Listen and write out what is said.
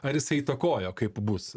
ar jisai įtakojo kaip bus